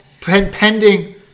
pending